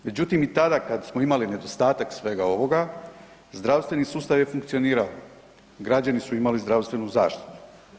Međutim i tada kad smo imali nedostatak svega ovoga zdravstveni sustav je funkcionirao, građani su imali zdravstvenu zaštitu.